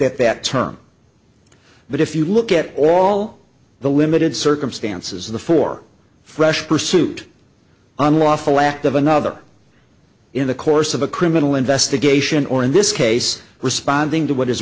at that term but if you look at all the limited circumstances of the four fresh pursuit unlawful act of another in the course of a criminal investigation or in this case responding to what is